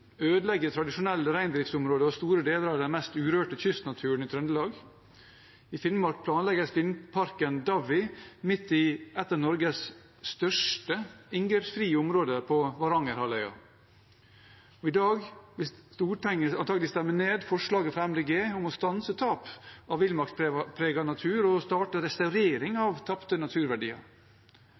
ødelegger tradisjonelle reindriftsområder og store deler av den mest urørte kystnaturen i Trøndelag. I Finnmark planlegges vindparken Davvi på Varangerhalvøya, midt i et av Norges største inngrepsfrie områder. I dag vil Stortinget antakelig stemme ned forslaget fra Miljøpartiet De Grønne om å stanse tap av villmarkspreget natur og starte restaurering av tapte naturverdier.